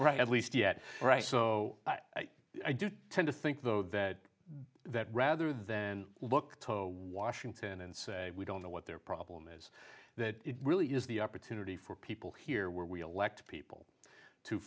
right at least yet right so i do tend to think though that that rather than look to washington and say we don't know what their problem is that really is the opportunity for people here where we elect people to